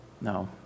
No